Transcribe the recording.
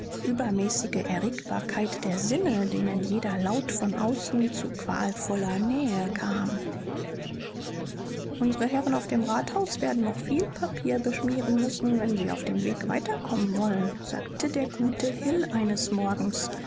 übermäßige erregbarkeit der sinne denen jeder laut von außen zu qualvoller nähe kam unsre herren auf dem rathaus werden noch viel papier beschmieren müssen wenn sie auf dem weg weiterkommen wollen sagte der gute hill eines morgens